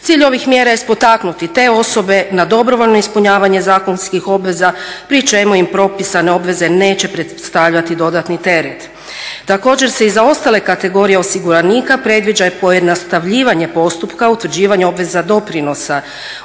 Cilj ovih mjera jest potaknuti te osobe na dobrovoljno ispunjavanje zakonskih obveza pri čemu im propisane obveze neće predstavljati dodatni teret. Također se i za ostale kategorije osiguranika predviđa i pojednostavljivanje postupka utvrđivanje obveza doprinosa